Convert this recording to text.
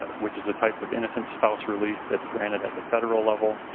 ah which is a type of innocent spouse relief that squinted at the federal level.